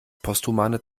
posthumane